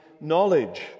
knowledge